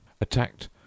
attacked